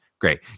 great